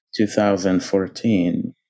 2014